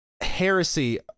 heresy